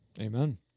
Amen